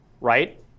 right